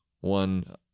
one